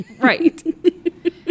Right